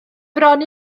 bron